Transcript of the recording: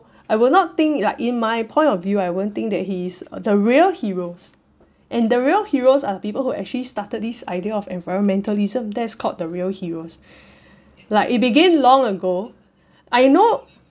I will not think like in my point of view I wouldn't think that he is the real heroes and the real heroes are the people who actually started this idea of environmentalism that is called the real heroes like it begin long ago I know